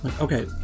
Okay